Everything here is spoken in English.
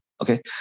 Okay